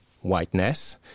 whiteness